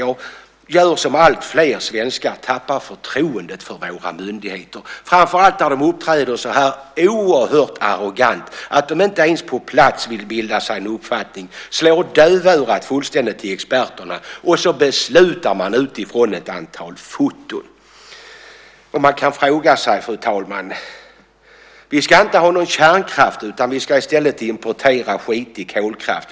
Jag gör som alltfler svenskar, nämligen tappar förtroendet för våra myndigheter, framför allt när de uppträder så oerhört arrogant. De vill inte ens bilda sig en uppfattning på plats. De slår dövörat till vad experterna säger och beslutar utifrån ett antal foton. Man kan fråga sig, fru talman: Vi ska inte ha någon kärnkraft, utan vi ska i stället importera skitig kolkraft.